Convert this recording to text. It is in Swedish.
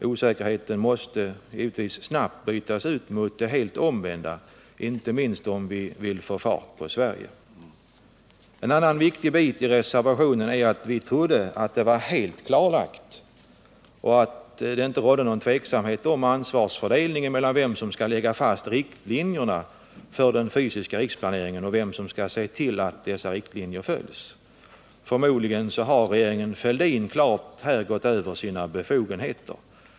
Osäkerheten måste givetvis snabbt förbytas i sin motsats, inte minst om vi vill få fart på Sverige. En annan viktig bit i reservationen berör detta att vi trodde att det inte rådde tveksamhet beträffande ansvarsfördelningen då det gäller att lägga fast riktlinjerna för den fysiska riksplaneringen och vem som skall se till att dessa riktlinjer följs. Förmodligen har regeringen Fälldin härvidlag överträtt sina befogenheter.